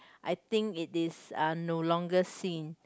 I think it is no longer seen